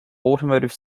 automotive